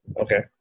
Okay